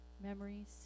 memories